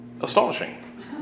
astonishing